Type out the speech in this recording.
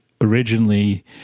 originally